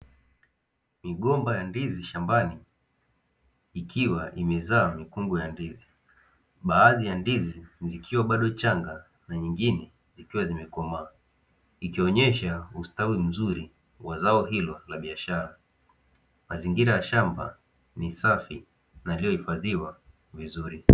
Migomba ya ndizi shambani, ikiwa imezaa mikungu ya ndizi, baadhi ya ndizi zikiwa bado changa na nyingine zikiwa zimekomaa, ikionyesha ustawi mzuri wa zao hilo la biashara. Mazingira ya shamba ni safi, yaliyohifadhiwa vizuri.